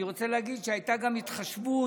אני רוצה להגיד שהייתה גם התחשבות,